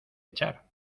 echar